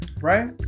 right